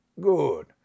good